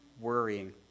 worrying